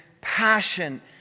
passion